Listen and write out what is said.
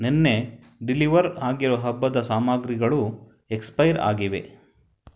ನೆನ್ನೆ ಡಿಲಿವರ್ ಆಗಿರೋ ಹಬ್ಬದ ಸಾಮಗ್ರಿಗಳು ಎಕ್ಸ್ಪೈರ್ ಆಗಿವೆ